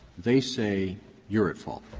they say you're at fault.